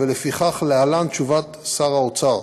ולפיכך, להלן תשובת שר האוצר: